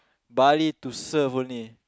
but I need to serve only